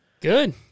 Good